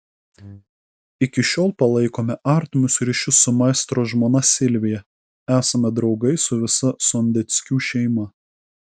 iki šiol palaikome artimus ryšius su maestro žmona silvija esame draugai su visa sondeckių šeima